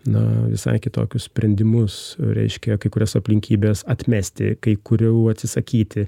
na visai kitokius sprendimus reiškia kai kurias aplinkybes atmesti kai kurių atsisakyti